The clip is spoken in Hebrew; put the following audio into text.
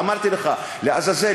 ואמרתי לך: לעזאזל,